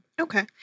Okay